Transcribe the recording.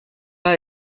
pas